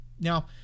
Now